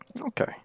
Okay